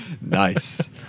nice